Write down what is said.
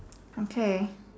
okay